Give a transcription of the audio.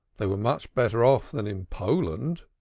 they were much better off than in poland.